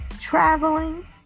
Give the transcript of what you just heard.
traveling